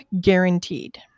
Guaranteed